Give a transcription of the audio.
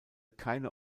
keine